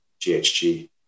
GHG